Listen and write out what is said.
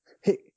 Hey